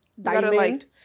diamond